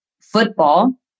football